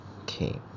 okay